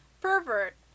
pervert